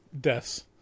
deaths